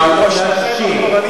היו בשנתיים האחרונות,